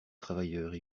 travailleurs